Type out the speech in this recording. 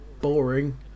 boring